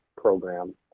Program